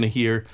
hear